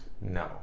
No